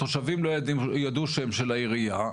התושבים לא ידעו שהם של העירייה,